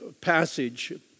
passage